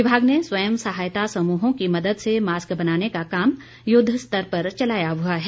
विभाग ने स्वयं सहायता समूहों की मदद से मास्क बनाने का काम युद्ध स्तर पर चलाया हुआ है